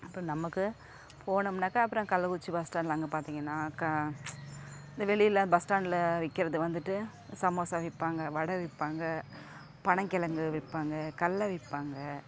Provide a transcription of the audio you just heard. இப்போ நமக்கு போனோம்னாக்கால் அப்புறம் கள்ளக்குறிச்சி பஸ் ஸ்டாண்ட்டில் அங்கே பார்த்தீங்கன்னா க இந்த வெளியில் பஸ் ஸ்டாண்ட்டில் விற்கிறது வந்துட்டு சமோசா விற்பாங்க வடை விற்பாங்க பனங்கிழங்கு விற்பாங்க கடல விற்பாங்க